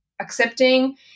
accepting